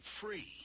free